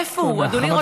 איפה הוא?